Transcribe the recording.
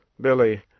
Billy